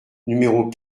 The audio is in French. numéros